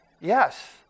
Yes